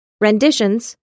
Renditions